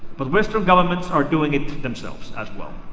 but western governments are doing it to themselves as well.